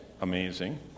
amazing